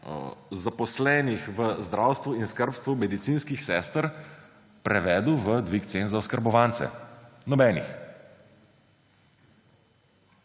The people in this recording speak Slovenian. zaposlenih v zdravstvu in skrbstvu medicinskih sester prevedel v dvig cen za oskrbovance. Nobenih.